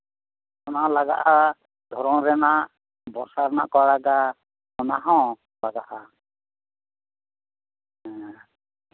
ᱚᱱᱟ ᱞᱟᱜᱟᱜᱼᱟ ᱫᱷᱚᱨᱚᱱ ᱨᱮᱱᱟᱜ ᱵᱚᱨᱥᱟ ᱨᱮᱱᱟᱜ ᱠᱚ ᱟᱲᱟᱜᱟ ᱚᱱᱟᱦᱚᱸ ᱞᱟᱜᱟᱜᱼᱟ ᱦᱮᱸ